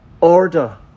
Order